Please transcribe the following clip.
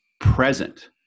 present